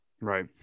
Right